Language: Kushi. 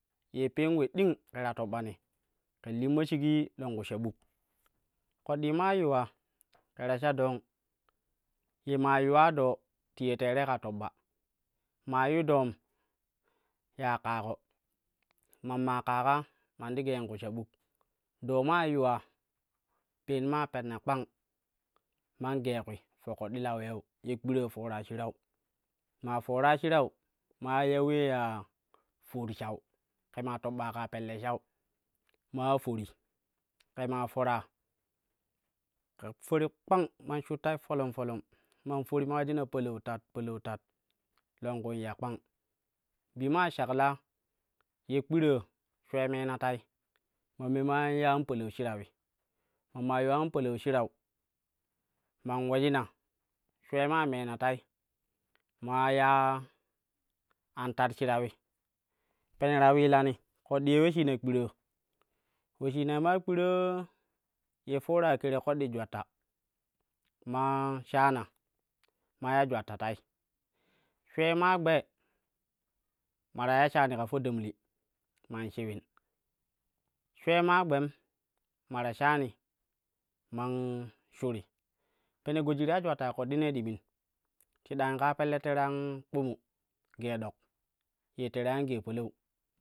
Yee peen ule ding ke ta taɓɓani ken limma shigi longku sha buk koɗɗi maa yuwa ke ta sha dong ye maa yuwa ɗoo ti ye terei ka toɓɓa maa yu doom ya ƙaaƙo mam maa ƙaaƙo man ti geen ku sha buk doo maa yuwa, peen maa penna kpang man gee kwi fo ƙoɗɗi la lawiu ye kpira fora shirau, maa fora shirau man wa ya wee ya for shau ke maa tobba kaa pelle shau man wa fori ke ma fora ken fori kpang man shur tau folon folon man fori man wejina palau tat palau tal longku in ya kpang bi maa shakla ye kpira shwe meena tai man me man wa ya an palau shiraui, ma maa uiwa an palau shirau man wejina shwe maa mena tai man wa ya an tat shirauwi, pene ta wilani ƙoɗɗi ye uleshina kpirn, uleshimai maa kpiraa ye foora kere ƙoɗɗi jwatta maa shana man ya jwatta tai shwei maa gbe ma ta iya shaami ka fo damli man shiwin. Shwei maa gben ma ta shaani man shuri pene goji ti ya jwattai koɗɗine ye ɗimin ti dangi ka pelle tere an kpumu gee ɗok ye tere an kpumu gee palau.